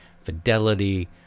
fidelity